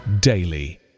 daily